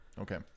Okay